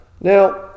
Now